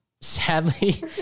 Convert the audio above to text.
sadly